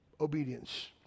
obedience